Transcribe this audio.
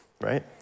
right